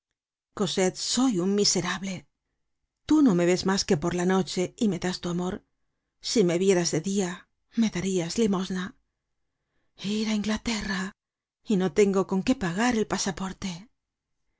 soy un miserable tú no me ves mas que por la noche y me das tu amor si me vieras de dia me darias limosna ir á inglaterra y no tengo con que pagar el pasaporte